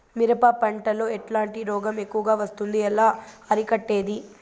మిరప పంట లో ఎట్లాంటి రోగం ఎక్కువగా వస్తుంది? ఎలా అరికట్టేది?